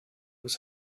was